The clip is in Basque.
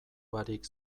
barik